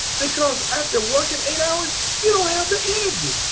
because after working eight hours you don't have the energy.